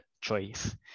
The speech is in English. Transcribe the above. choice